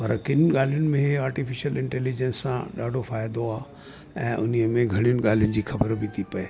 पर किन ॻाल्हियुनि में आर्टिफिशियल इंटेलिजेंस सां ॾाढो फ़ाइदो आहे ऐं उन में घणियुनि ॻाल्हियुनि जी ख़बर बि थी पए